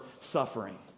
suffering